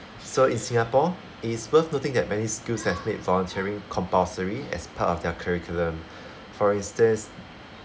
so in singapore it is worth noting that many schools have made volunteering compulsory as part of their curriculum for instance